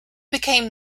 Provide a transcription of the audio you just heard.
became